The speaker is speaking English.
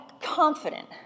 confident